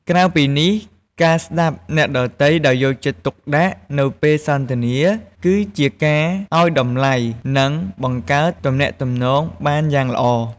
ក្រៅពីនេះ ការស្តាប់អ្នកដទៃដោយយកចិត្តទុកដាក់នៅពេលសន្ទនាគឺជាការឲ្យតម្លៃនិងបង្កើតទំនាក់ទំនងបានយ៉ាងល្អ។